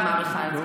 אני מעריכה את זה.